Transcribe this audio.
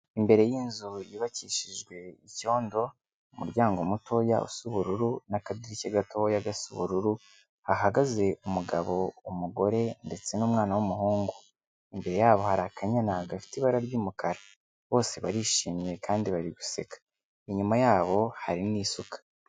Imbere y'inzu yubakishijwe icyondo, umuryango muto usa ubururu n'akadirishya gato gasa ubururu, hahagaze umugabo, umugore ndetse n'umwana w'umuhungu, imbere yabo hari akanyana gafite ibara ry'umukara, bose barishimye kandi bari guseka, inyuma yabo harimo n'isuka.